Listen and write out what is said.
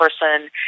person